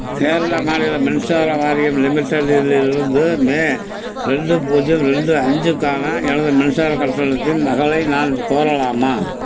கேரள மாநில மின்சார வாரியம் லிமிடெட்டிலிருந்து மே ரெண்டு பூஜ்ஜியம் ரெண்டு அஞ்சுக்கான எனது மின்சார கட்டணத்தின் நகலை நான் கோரலாமா